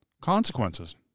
Consequences